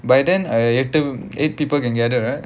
by then I eig~ eight people can gather right